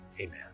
amen